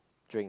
drink